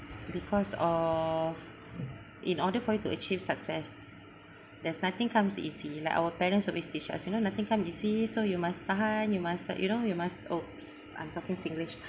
because of in order for you to achieve success there's nothing comes easy like our parents always teach us you know nothing come easy so you must tahan you must you know you must !oops! I'm talking singlish